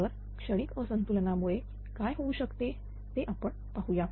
तर क्षणिक असंतुलनामुळे काय होऊ शकते पाहूया